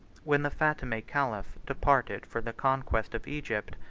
when the fatimite caliph departed for the conquest of egypt,